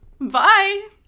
Bye